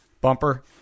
bumper